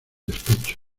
despecho